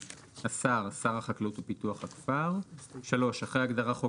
"השר" שר החקלאות ופיתוח הכפר." (3) אחרי ההגדרה "חוק